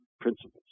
principles